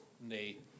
Nate